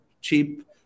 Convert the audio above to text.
cheap